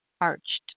arched